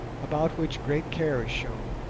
about which great care is shown,